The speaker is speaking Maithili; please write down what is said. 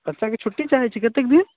बच्चाके छुट्टी चाहैत छी कतेक दिन